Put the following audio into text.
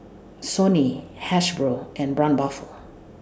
Sony Hasbro and Braun Buffel